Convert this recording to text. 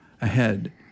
ahead